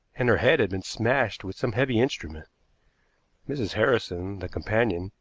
and her head had been smashed with some heavy instrument mrs. harrison, the companion,